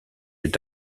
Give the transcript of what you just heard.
est